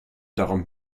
darum